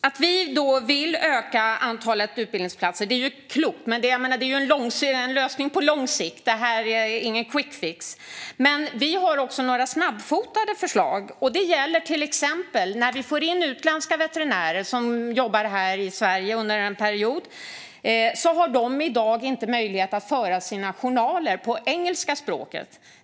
Att vi vill öka antalet utbildningsplatser är klokt, men det är en lösning på lång sikt och ingen quickfix. Vi har dock även några snabbfotade förslag, och det gäller till exempel utländska veterinärer som jobbar här i Sverige under en period. I dag har de inte möjlighet att föra sina journaler på engelska språket.